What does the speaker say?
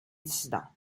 dissidents